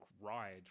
ride